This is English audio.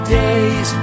days